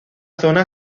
zona